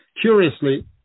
Curiously